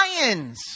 lions